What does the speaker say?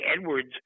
Edwards